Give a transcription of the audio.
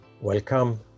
Welcome